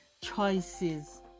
choices